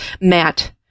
Matt